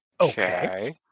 Okay